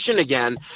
again